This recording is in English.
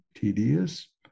tedious